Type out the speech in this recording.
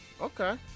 okay